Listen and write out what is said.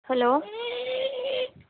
hello